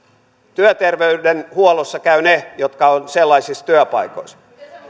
työterveydenhuollossa käyvät ne jotka ovat sellaisissa työpaikoissa